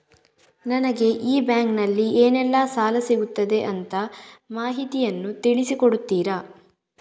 ನನಗೆ ಈ ಬ್ಯಾಂಕಿನಲ್ಲಿ ಏನೆಲ್ಲಾ ಸಾಲ ಸಿಗುತ್ತದೆ ಅಂತ ಮಾಹಿತಿಯನ್ನು ತಿಳಿಸಿ ಕೊಡುತ್ತೀರಾ?